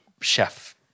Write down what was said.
chef